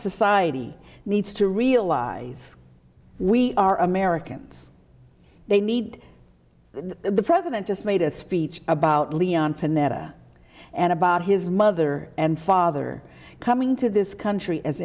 society needs to realize we are americans they need the president just made a speech about leon panetta and about his mother and father coming to this country as